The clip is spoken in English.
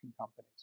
companies